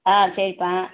ஆ சரிப்பா